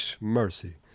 mercy